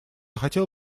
хотел